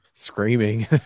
screaming